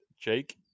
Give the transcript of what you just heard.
Jake